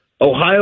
Ohio